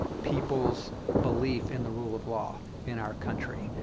people's belief in the rule of law in our country.